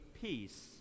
peace